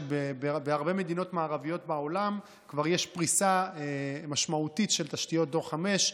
בהרבה מדינות מערביות בעולם כבר יש פריסה משמעותית של תשתיות דור 5,